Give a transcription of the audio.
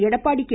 Edappadi K